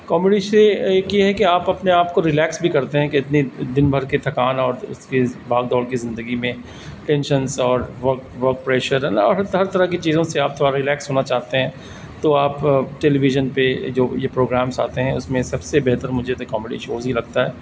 comedy ش ایک یہ ہے کہ آپ اپنے آپ کو ریلیکس بھی کرتے ہیں کہ اتنی دن بھر کے تھکان اور اس کے بھاگ دوڑ کی زندگی میں ٹینشنس اور ورک ورک پریشر ہے نا ہر طرح کی چیزوں سے آپ تھوڑا ریلیکس ہونا چاہتے ہیں تو آپ ٹیلیویژن پہ جو یہ پروگرامس آتے ہیں اس میں سب سے بہتر مجھے تو کامیڈی شوز ہی لگتا ہے